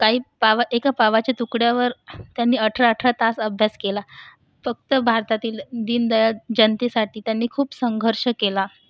काही पाव एका पावाच्या तुकड्यावर त्यांनी अठरा अठरा तास अभ्यास केला फक्त भारतातील दीनदयाळ जनतेसाठी त्यांनी खूप संघर्ष केला